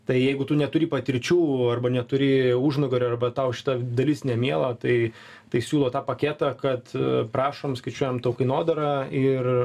tai jeigu tu neturi patirčių arba neturi užnugario arba tau šita dalis nemiela tai tai siūlo tą paketą kad prašom skaičiuojam tau kainodarą ir